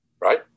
right